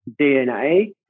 DNA